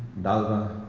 dalva.